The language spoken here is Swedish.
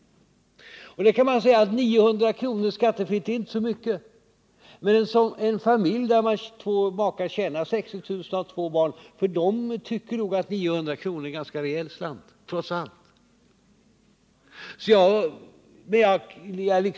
Man kan naturligtvis säga att 900 kr. skattefritt inte är så mycket, men i en familj där makarna tjänar 60 000 kr. vardera och har två barn tycker man nog att 900 kr. är en ganska rejäl slant trots allt.